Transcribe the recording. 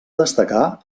destacar